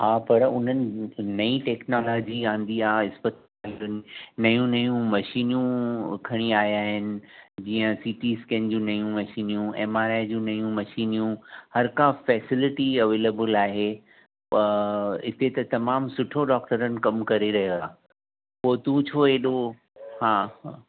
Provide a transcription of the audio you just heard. हा पर उन्हनि नई टेक्नॉलोजी आंदी आहे अस्पतालुनि नयूं नयूं मशीनियूं खणी आया आहिनि जीअं सीटी स्कैन जूं नयूं मशीनियूं एमआरआई जूं नयूं मशीनियूं हर कोई फैसिलिटी अवैलेबल आहे हिते त तमामु सुठो डॉकटरनि कमु करे रहे आ पोइ तूं छो एॾो हा